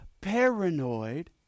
paranoid